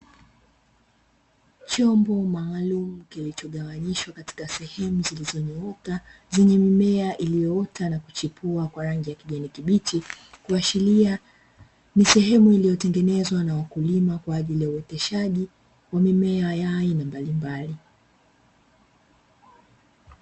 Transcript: Chombo maalumu, kilichogawanishwa katika sehemu zilizonyooka zenye mimea iliyoota na kuchipua kwa rangi ya kijani kibichi kuashiria ni sehemu iliyotengenezwa na kwa ajili ya uoteshaji wa mimea ya aina mbalimbali.